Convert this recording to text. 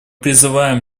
призываем